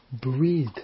breathe